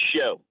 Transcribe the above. Show